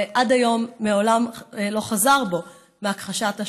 ועד היום הוא מעולם לא חזר בו מהכחשת השואה,